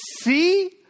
see